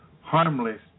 harmless